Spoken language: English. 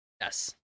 Yes